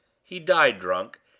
he died drunk,